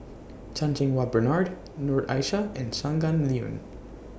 Chan Cheng Wah Bernard Noor Aishah and Shangguan Liuyun